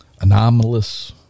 anomalous